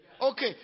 Okay